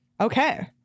okay